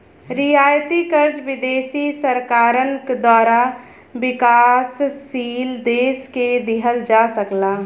रियायती कर्जा विदेशी सरकारन द्वारा विकासशील देश के दिहल जा सकला